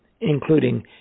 including